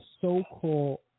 so-called